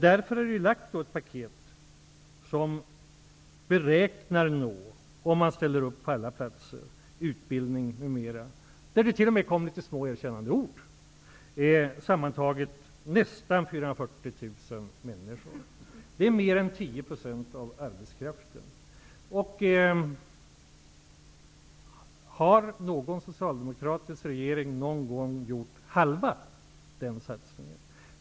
Därför har det lagts fram ett paket som, om man ställer upp på alla platser med utbildning m.m., sammantaget gäller nästan 440 000 människor. I det här sammanhanget fick vi t.o.m. några små erkännande ord. Det är mer än 10 % av arbetskraften. Har någon socialdemokratisk regering gjort halva den satsningen?